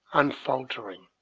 unfaltering,